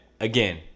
again